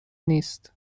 نیست